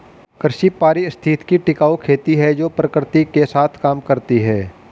कृषि पारिस्थितिकी टिकाऊ खेती है जो प्रकृति के साथ काम करती है